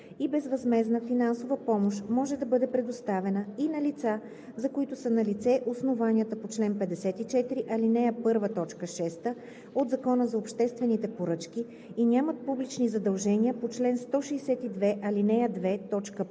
и безвъзмездна финансова помощ може да бъде предоставена и на лица, за които са налице основанията по чл. 54, ал. 1, т. 6 от Закона за обществените поръчки и нямат публични задължения по чл. 162, ал. 2,